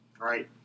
Right